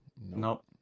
Nope